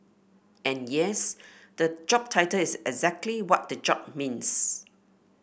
and yes the job title is exactly what the job means